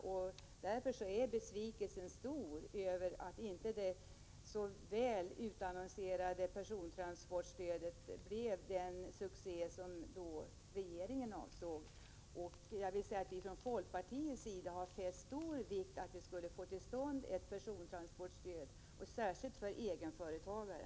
Det råder en stor besvikelse över att det i förväg så omtalade persontransportstödet inte blev den succé som regeringen avsåg. Vi har från folkpartiets sida fäst stor vikt vid tillkomsten av ett persontransportstöd, särskilt för egenföretagare.